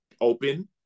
open